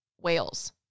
whales